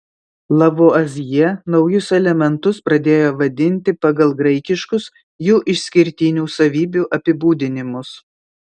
lavuazjė naujus elementus pradėjo vadinti pagal graikiškus jų išskirtinių savybių apibūdinimus